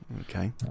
Okay